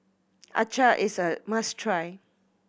Acar is a must try